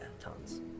tons